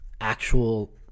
actual